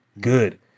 good